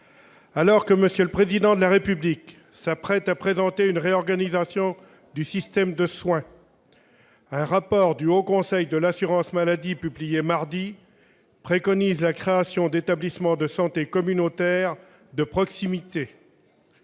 Alors que M. le Président de la République s'apprête à présenter une réorganisation du système de soins, un rapport du Haut Conseil pour l'avenir de l'assurance maladie publié mardi préconise la création d'établissements de santé communautaires de proximité.